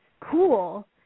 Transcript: cool